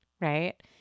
right